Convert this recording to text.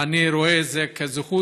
ואני רואה את זה כזכות